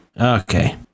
Okay